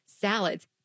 salads